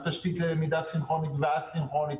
התשתית ללמידה סינכרונית וא-סינכרונית,